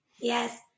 Yes